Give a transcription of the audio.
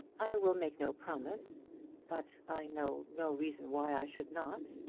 i will make no promise but i know no reason why i should not.